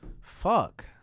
Fuck